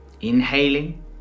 Inhaling